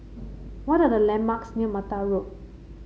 what are the landmarks near Mata Road